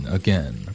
again